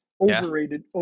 overrated